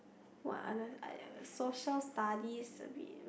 what other I don't I Social Studies a bit